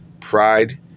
pride